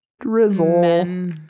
Drizzle